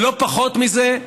ולא פחות מזה,